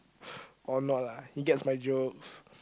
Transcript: or not lah he gets my jokes